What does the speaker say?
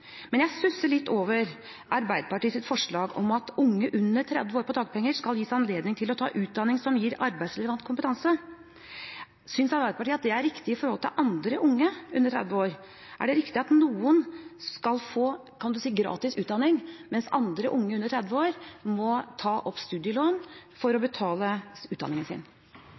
Men jeg stusser litt over Arbeiderpartiets forslag om at unge under 30 år på dagpenger skal gis anledning til å ta utdanning som gir arbeidsrelevant kompetanse. Synes Arbeiderpartiet at det er riktig i forhold til andre unge under 30 år? Er det riktig at noen skal få gratis utdanning, mens andre unge under 30 år må ta opp studielån for å betale utdanningen sin?